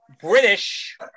British